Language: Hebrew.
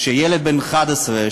שילד בן 11,